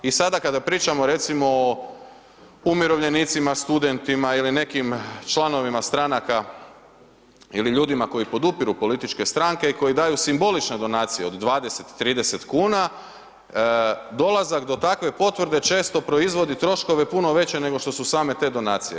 I sada kada pričamo recimo o umirovljenicima, studentima ili nekim članovima stranaka ili ljudima koji podupiru političke stranke i koji daju simbolične donacije od 20, 30 kuna dolazak do takve potvrde često proizvodi troškove puno veće nego što su same te donacije.